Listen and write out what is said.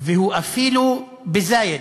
והוא אפילו "בזאייט",